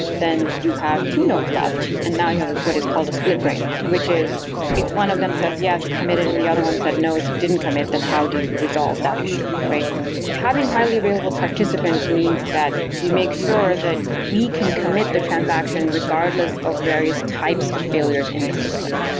then you have two nodes left, and now you have what is called a split brain, which is if one of them says yes, it committed, and the other one said no, it didn't commit, then how do you resolve that issue? having highly available participants means that we make sure that we can commit the transaction regardless of various types of failures in the system,